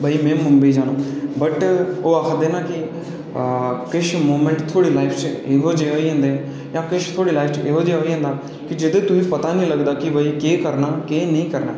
भाई में मुम्बई जाना बट ओह् आखदे न कि किश मूमैंट थुआढ़ी लाइफ च एहो जेह् होई जंदे जेह्दे च तुसें गी पता नी लगदा कि केह् करना ते केह् नेई करना